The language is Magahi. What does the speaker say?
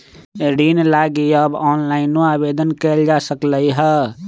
ऋण लागी अब ऑनलाइनो आवेदन कएल जा सकलई ह